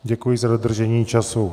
Děkuji za dodržení času.